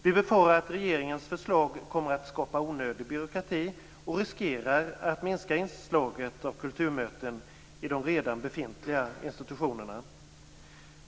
Vi befarar att regeringens förslag kommer att skapa onödig byråkrati och riskera att minska inslaget av kulturmöten i de redan befintliga institutionerna.